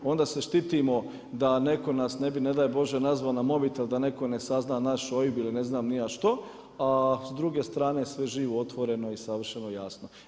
Onda se štitimo da netko nas ne bi ne daj Bože nazvao na mobitel, da netko ne sazna naš OIB ili ne znam što a s druge strane sve je živo otvoreno i savršeno jasno.